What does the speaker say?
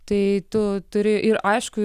taip tu turi ir aišku